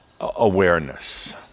awareness